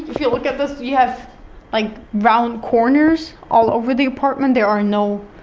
if you look at this, you have like round corners all over the apartment, there are no